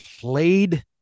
played